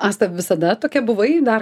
asta visada tokia buvai dar